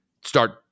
start